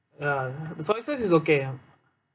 ah the soy sauce is okay